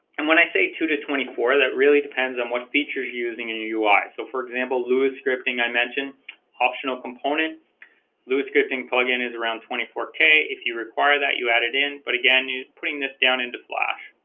and when i say two to twenty four that really depends on what features using in your ui so for example lua scripting i mentioned optional component lua scripting plug-in is around twenty four k if you require that you add it in but again you putting this down into flash